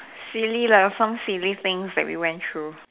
silly lah some silly things that we went through